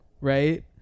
right